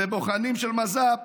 ובוחנים של מז"פ